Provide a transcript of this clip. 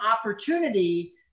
opportunity